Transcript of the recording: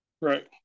Right